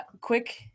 Quick